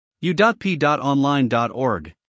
u.p.online.org